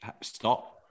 stop